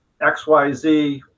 XYZ